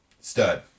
Stud